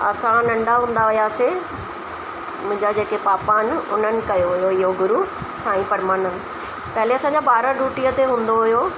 असां नंढा हूंदा हुआसीं मुंहिंजा जेके पापा आहिनि उन्हनि कयो हुओ इहो गुरू साईं परमानंद पहले असांजा ॿार ड्यूटीअ ते हूंदो हुओ